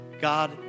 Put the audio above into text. God